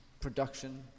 production